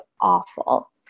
awful